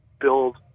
build